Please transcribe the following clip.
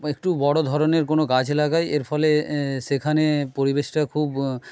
একটু বড়ো ধরণের কোনো গাছ লাগাই এর ফলে সেখানে পরিবেশটা খুব